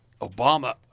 Obama